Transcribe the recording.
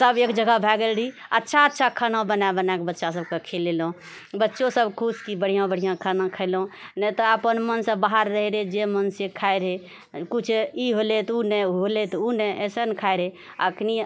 सभ एक जगह भए गेल रही अच्छा अच्छा खाना बना बनाके बच्चा सभकेँ खुएलहुंँ बच्चो सभ खुश कि बढ़िआँ बढ़िआँ खाना खैलहुँ नहि तऽ अपन मनसँ बाहर रहैत रहए अपन मनसँ खाइ रहए किछु ई होलै तऽ ओ नहि ओ होलै तऽ ओ नहि एहिसँ खाइ रहए आ अखनि